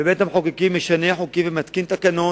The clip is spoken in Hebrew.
ובית-המחוקקים משנה חוקים ומתקין תקנות,